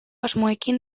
asmoekin